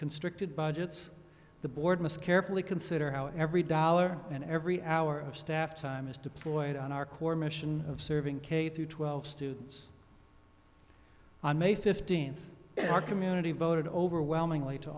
constricted budgets the board must carefully consider how every dollar and every hour of staff time is deployed on our core mission of serving k through twelve students on may fifteenth our community voted overwhelmingly to